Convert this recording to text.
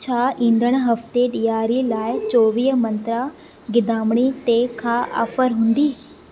छा ईंदड़ु हफ़्ते ॾियारीअ लाइ चौवीह मंत्रा गिदामिड़ी ते का ऑफ़र हूंदी